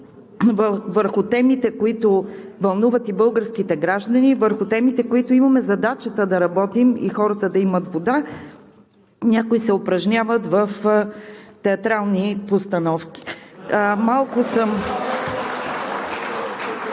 върху темите, които вълнуват и българските граждани, върху темите, които имаме – задачата да работим и хората да имат вода, някои се упражняват в театрални постановки. (Ръкопляскания